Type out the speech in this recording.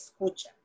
escucha